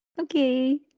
Okay